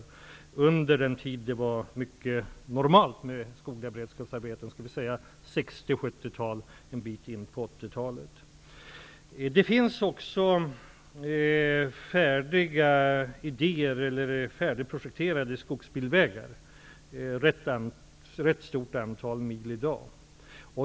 Detta var under den tid då det var mycket normalt med skogliga beredskapsarbeten, dvs. under 60 och 70-talen och en bit in på 80-talet. Det finns också i dag färdigprojekterade skogsbilvägar som omfattar ett ganska stort antal mil.